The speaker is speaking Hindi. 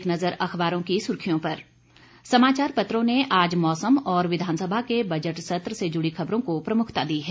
एक नज़र अखबारों की सुर्खियों पर समाचार पत्रों ने आज मौसम और विधानसभा के बजट सत्र से जुड़ी खबरों को प्रमुखता दी है